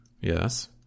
Yes